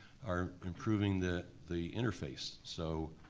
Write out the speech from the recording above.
are improving the the interface. so